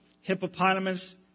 hippopotamus